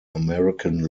american